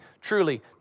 truly